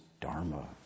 dharma